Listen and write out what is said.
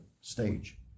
stage